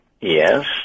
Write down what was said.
Yes